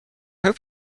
hope